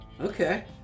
Okay